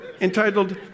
entitled